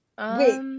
Wait